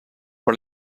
per